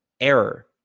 error